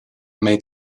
made